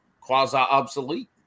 quasi-obsolete